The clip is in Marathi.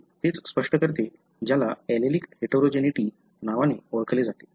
हे तेच स्पष्ट करते ज्याला ऍलेलिक हेटेरोजेनेटीने ओळखले जाते